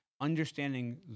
Understanding